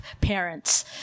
parents